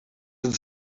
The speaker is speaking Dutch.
het